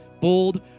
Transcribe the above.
Bold